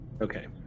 Okay